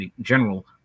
general